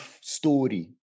story